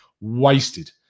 wasted